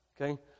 okay